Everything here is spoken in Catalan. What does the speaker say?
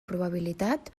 probabilitat